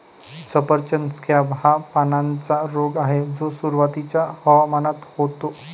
सफरचंद स्कॅब हा पानांचा रोग आहे जो सुरुवातीच्या हवामानात होतो